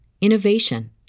innovation